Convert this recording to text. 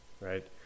right